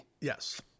Yes